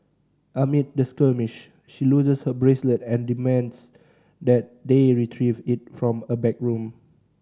amid the skirmish she loses her bracelet and demands that they retrieve it from a backroom